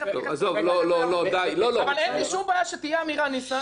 אבל אין לי שום בעיה שתהיה אמירה שהחטיבה